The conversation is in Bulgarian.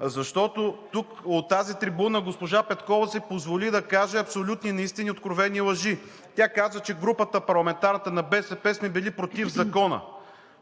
Защото тук, от тази трибуна, госпожа Петкова си позволи да каже абсолютни неистини и откровени лъжи. Тя каза, че парламентарната група на БСП сме били против Закона?!